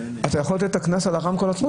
אתה יכול לתת את הקנס על הרמקול עצמו,